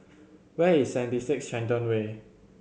where is Seventy Six Shenton Way